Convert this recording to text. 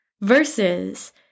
Versus